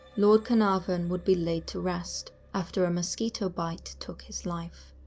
lord carnarvon would be laid to rest after a mosquito bite took his life.